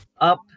up